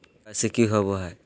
KYC की होबो है?